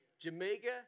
Jamaica